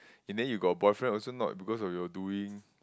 in the end you got a boyfriend also not because of your doing